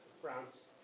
France